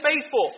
faithful